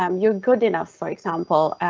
um your good enough for example,